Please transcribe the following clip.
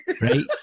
Right